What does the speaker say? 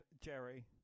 Jerry